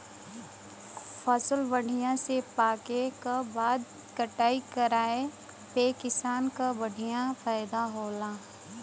फसल बढ़िया से पके क बाद कटाई कराये पे किसान क बढ़िया फयदा होला